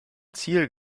ziel